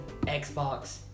Xbox